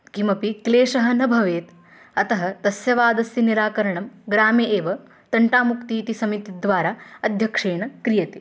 किमपि क्लेशः न भवेत् अतः तस्य वादस्य निराकरणं ग्रामे एव तण्टामुक्ति इति समितिद्वारा अध्यक्षेण क्रियते